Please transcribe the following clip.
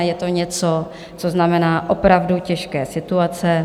Je to něco, co znamená opravdu těžké situace.